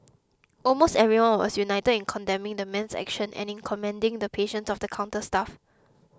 almost everyone was united in condemning the man's actions and in commending the patience of the counter staff